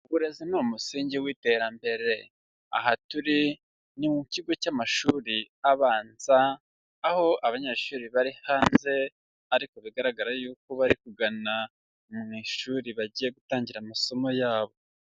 Uburezi ni umusingi w'iterambere, aha turi ni mu kigo cy'amashuri abanza, aho abanyeshuri bari hanze ariko bigaragara yuko bari kugana mu ishuri bagiye gutangira amasomo yabo.